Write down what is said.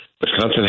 Wisconsin